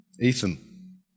Ethan